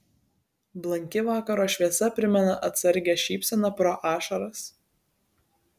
blanki vakaro šviesa primena atsargią šypseną pro ašaras